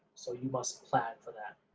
so you must plan for that.